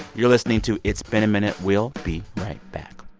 you're listening to it's been a minute. we'll be right back